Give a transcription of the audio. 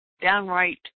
downright